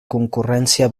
concurrència